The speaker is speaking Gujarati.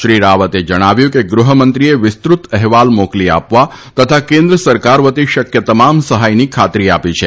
શ્રી રાવતે જણાવ્યું કે ગૃહમંત્રીએ વિસ્તૃત અહેવાલ મોકલી આપવા તથા કેન્દ્ર સરકાર વતી શકથ તમામ સહાયની ખાતરી આપી છે